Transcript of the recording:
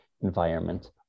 environment